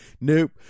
nope